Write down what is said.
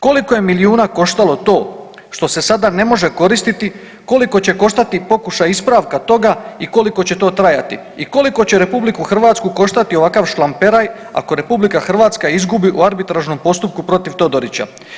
Koliko je milijuna koštalo to što se sada ne može koristiti, koliko će koštati pokušaj ispravka toga i koliko će to trajati i koliko će RH koštati ovakav šlamperaj ako RH izgubi u arbitražnom postupku protiv Todorića?